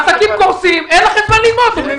העסקים קורסים, אין לכם מה ללמוד.